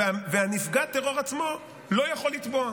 ונפגע הטרור עצמו לא יכול לתבוע.